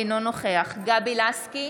אינו נוכח גבי לסקי,